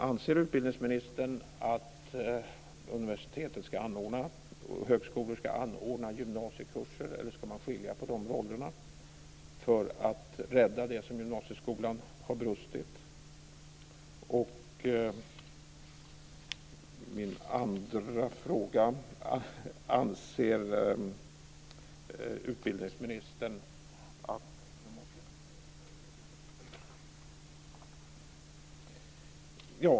Anser utbildningsministern att universitet och högskolor ska anordna gymnasiekurser för att rädda de områden där gymnasieskolan har brustit, eller ska man skilja på de rollerna?